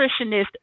nutritionist